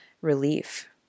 relief